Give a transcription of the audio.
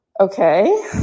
Okay